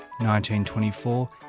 1924